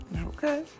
okay